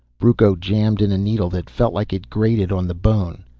brucco jammed in a needle that felt like it grated on the bone.